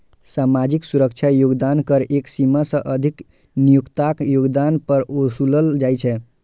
सामाजिक सुरक्षा योगदान कर एक सीमा सं अधिक नियोक्ताक योगदान पर ओसूलल जाइ छै